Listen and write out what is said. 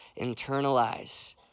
internalize